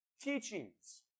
teachings